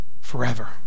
forever